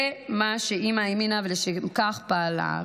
זה מה שאימא האמינה בו, ולשם כך היא פעלה.